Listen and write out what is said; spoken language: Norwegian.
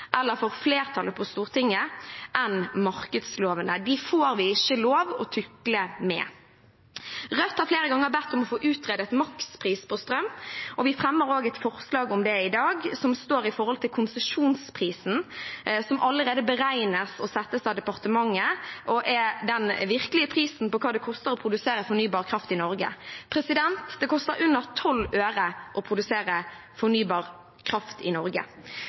eller flertallet på Stortinget enn markedslovene. De får vi ikke lov å tukle med. Rødt har flere ganger bedt om å få utredet en makspris på strøm, og vi fremmer også et forslag om det i dag, som står i forhold til konsesjonsprisen, som allerede beregnes og settes av departementet og er den virkelige prisen på hva det koster å produsere fornybar kraft i Norge. Det koster under 12 øre å produsere fornybar kraft i Norge.